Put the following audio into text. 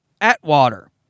Atwater